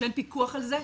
כשאין פיקוח על זה,